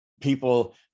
people